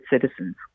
citizens